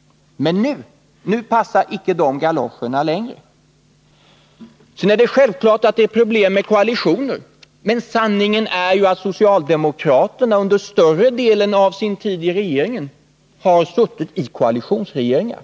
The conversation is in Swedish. — Men nu passar icke de galoscherna längre. Sedan är det självklart att det är problem med koalitioner, men sanningen är ju att socialdemokraterna under större delen av sin tid vid regeringsmakten suttit i koalitionsregeringar.